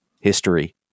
history